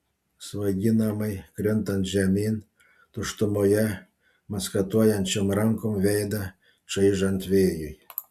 svaiginamai krintant žemyn tuštumoje maskatuojančiom rankom veidą čaižant vėjui